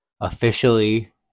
officially